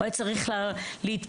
הוא היה צריך להתפלל,